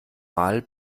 mal